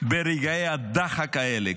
ברגעי הדחק האלה,